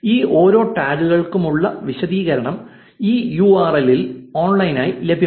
ഈ ഓരോ ടാഗുകൾക്കുമുള്ള വിശദീകരണം ഈ യൂ ആർ എൽ ൽ ഓൺലൈനിൽ ലഭ്യമാണ്